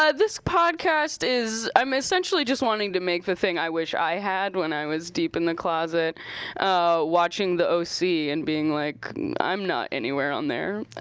this podcast is, i'm essentially just wanting to make the thing i wish i had when i was deep in the closet watching the o c. and being like i'm not anywhere on there.